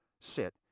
sit